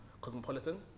Cosmopolitan